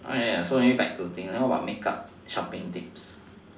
so coming back to thing what about make up shopping tips